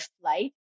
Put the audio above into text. flight